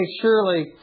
surely